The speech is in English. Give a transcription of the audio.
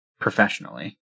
professionally